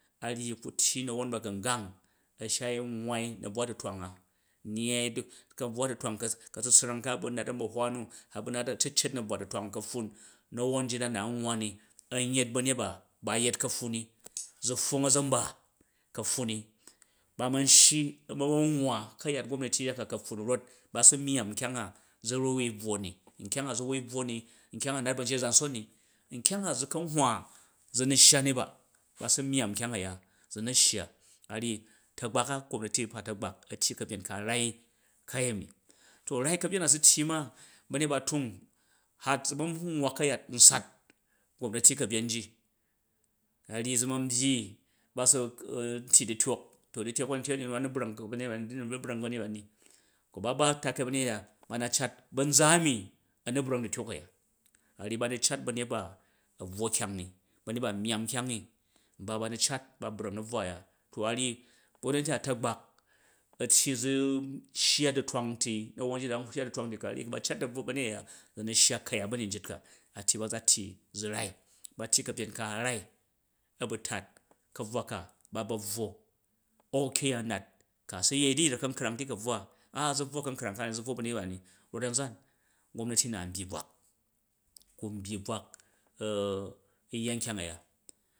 A̱ nyyi ku̱ tyyi na̱won ba̱gmgang a̱ shai nwaai ka̱ bvwa du̱twang a, nyai du ka̱bvwa du̱twang ka̱tsutsran ba nat a̱mba̱hwa nu hat bu̱ nat a̱cecet na̱buwa du̱twang a ka̱pffun na̱won jit da nwwa a̱n yet ba̱nyet ba yet ka̱pffun ni zu pfwong an zan ba ka̱pffun niba man shyi ba man nwwa ka̱yat gomnati aya ka ka̱pffun ni rot ba su myaam nkyang a zu ru wai bvwo ni mkyang a zu wui bvwo ni nkyang a naat ba̱njit a̱za̱nson ni nkyang a zu kanhwa zu mi shya ni ba, ba sa myamm nkyang a̱ya zu na ahya, a ryyi ta̱gbak a gomnati ba za ta̱gbak a̱ tyyi ka̱byen ka a̱ rai ni ka̱yemi. To rai ka̱byen na bu tyyi ma ba̱nyet ba a̱ tung hat zu man nwwa ka̱yat nsat gomnati ka̱byen ji, a ryyi zu man byyi ba nwa-ntgyi du̱typk to du̱tyok ban tyenu ba nu brang ba̱nyet bani, duni ubrang ba̱nyet bani, ku ba ba takai ba̱nyet a̱ya ba na tat banza a̱mi ənu brang du̱tyok a̱ya a ryyi ba nu cat ba̱nyet ba a̱ bvwo kyang ni ba̱nyet ba a̱ myamm kyang i nba ba nu cat ba brang na̱bvwa a̱ya zo a̱ ryyi gomnati na ta̱gbak a̱ tyyi zu shya du̱twang ti ku a̱ ryyi ku ba̱ tat a̱ bvwo ba̱nyet a̱ya anu shya ka̱yat ba̱nyet njit ka a̱ ryyi ba za tyyi zu rai, ba tyyi ka̱byen ka a̱ rai a̱ bu tat ka̱bvwa ka ba ba bvwo au ke an nat ka su yei du̱yrek ka̱nkrang ti ka̱bvwa a-a, zu bvwo ka̱nkrang ka ni za bvwo ba̱nget ba ni, rot a̱nzan gomnati na nbggyi bvwak, kun byyi bvwak au-a yya nkyang a̱ya, a nyyi